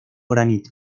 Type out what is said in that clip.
granito